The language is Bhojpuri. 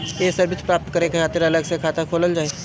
ये सर्विस प्राप्त करे के खातिर अलग से खाता खोलल जाइ?